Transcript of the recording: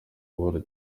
buhoro